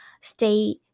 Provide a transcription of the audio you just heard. stay